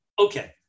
Okay